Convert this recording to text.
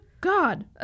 god